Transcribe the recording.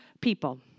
people